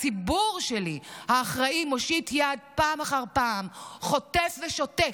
הציבור שלי האחראי מושיט יד ופעם אחר פעם חוטף ושותק.